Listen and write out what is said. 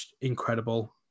incredible